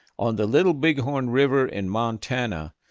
on the little bighorn river in montana,